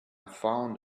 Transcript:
found